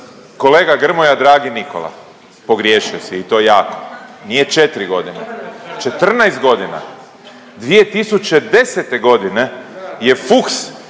kolega Grmoja dragi Nikola, pogriješio si i to jako nije 4 godine. 14 godina. 2010. godine je Fuchs